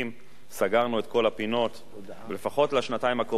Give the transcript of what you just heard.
סגרנו את כל הפינות ולפחות לשנתיים הקרובות לא השארנו